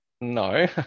no